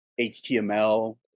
HTML